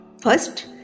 First